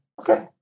Okay